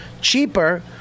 cheaper